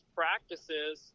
practices